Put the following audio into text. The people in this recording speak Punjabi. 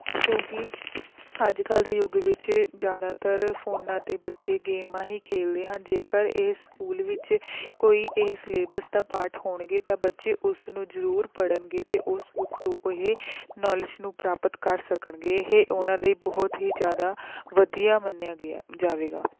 ਕਿਉਂਕਿ ਅੱਜ ਕੱਲ੍ਹ ਦੇ ਯੁੱਗ ਵਿੱਚ ਜ਼ਿਆਦਾਤਰ ਫੋਨਾਂ 'ਤੇ ਬੱਚੇ ਗੇਮਾਂ ਹੀ ਖੇਲਦੇ ਹਨ ਜੇਕਰ ਇਹ ਸਕੂਲ ਵਿੱਚ ਕੋਈ ਇਹ ਸਿਲੇਬਸ ਦਾ ਪਾਟ ਹੋਣਗੇ ਤਾਂ ਬੱਚੇ ਉਸ ਨੂੰ ਜ਼ਰੂਰ ਪੜ੍ਹਨਗੇ ਅਤੇ ਉਸ ਬੁੱਕ ਤੋਂ ਇਹ ਨੌਲੇਜ ਨੂੰ ਪ੍ਰਾਪਤ ਕਰ ਸਕਣਗੇ ਇਹ ਉਨ੍ਹਾਂ ਲਈ ਬਹੁਤ ਹੀ ਜ਼ਿਆਦਾ ਵਧੀਆ ਮੰਨਿਆ ਗਿਆ ਜਾਵੇਗਾ